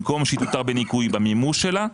במקום שתותר בניכוי במימוש שלה,